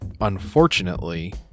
unfortunately